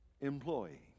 employee